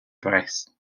brest